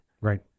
Right